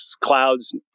clouds